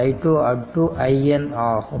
iN ஆகும்